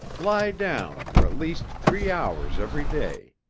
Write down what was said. lie down for at least three hours every day.